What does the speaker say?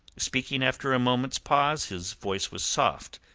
speaking after a moment's pause, his voice was soft,